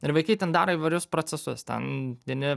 ir vaikai ten daro įvairius procesus ten vieni